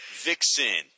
Vixen